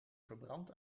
verbrand